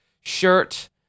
shirt